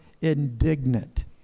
indignant